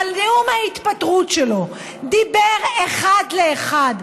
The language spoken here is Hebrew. אבל נאום ההתפטרות שלו דיבר אחד לאחד: